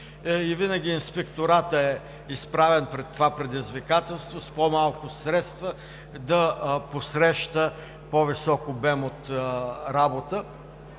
винаги Инспекторатът е изправен пред предизвикателството с по-малко средства да посреща по-висок обем от работа,